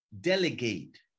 delegate